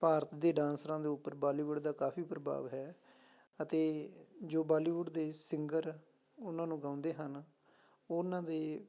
ਭਾਰਤ ਦੇ ਡਾਂਸਰਾਂ ਦੇ ਉੱਪਰ ਬਾਲੀਵੁੱਡ ਦਾ ਕਾਫ਼ੀ ਪ੍ਰਭਾਵ ਹੈ ਅਤੇ ਜੋ ਬਾਲੀਵੁੱਡ ਦੇ ਸਿੰਗਰ ਉਹਨਾਂ ਨੂੰ ਗਾਉਂਦੇ ਹਨ ਉਹਨਾਂ ਦੇ